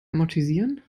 amortisieren